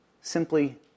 simply